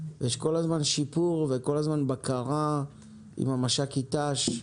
יש כל הזמן שיפור ובקרה עם המש"קית ת"ש,